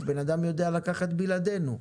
אדם יודע לקחת בלעדינו,